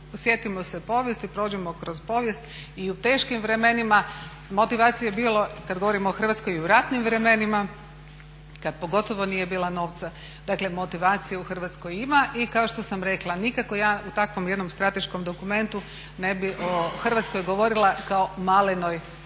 sjetimo se povijesti, prođimo kroz povijest i u teškim vremenima motivacije je bilo, kad govorimo o Hrvatskoj i u ratnim vremenima kad pogotovo nije bilo novca. Dakle, motivacije u Hrvatskoj ima i kako što sam rekla nikako ja u takvom jednom strateškom dokumentu ne bi o Hrvatskoj govorila kao malenoj